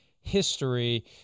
history